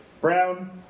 brown